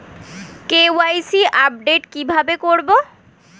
KYC update কি ভাবে করবো?